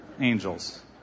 angels